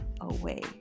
away